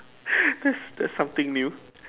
that's that's something new